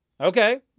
Okay